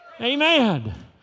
Amen